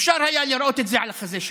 אפשר היה לראות את זה על החזה שלו.